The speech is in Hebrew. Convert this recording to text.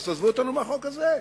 אז תעזבו אותנו מהחוק הזה.